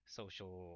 social